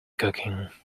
cooking